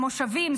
המושבים,